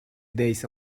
days